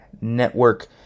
Network